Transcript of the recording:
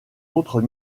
autres